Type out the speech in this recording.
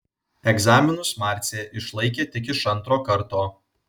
egzaminus marcė išlaikė tik iš antro karto